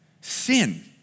sin